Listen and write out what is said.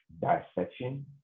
dissection